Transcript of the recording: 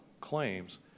claims